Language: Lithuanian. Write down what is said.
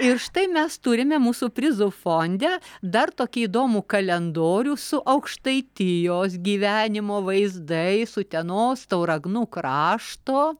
ir štai mes turime mūsų prizų fonde dar tokį įdomų kalendorių su aukštaitijos gyvenimo vaizdais utenos tauragnų krašto